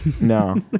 No